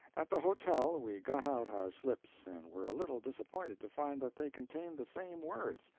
at the hotel we got out our slips and were a little disappointed to find that they contained the same words.